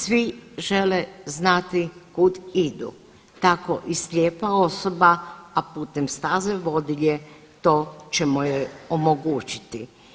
Svi žele znati kud idu tako i slijepa osoba, a putem staze vodilje to ćemo joj omogućiti.